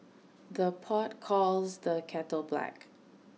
the pot calls the kettle black